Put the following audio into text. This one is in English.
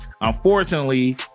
unfortunately